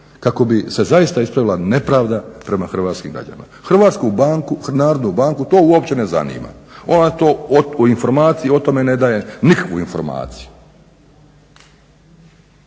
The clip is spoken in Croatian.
kako bi se zaista ispravila nepravda prema hrvatskim građanima. HNB to uopće ne zanima, ona informacije o tome ne daje nikakvu informaciju.